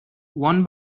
one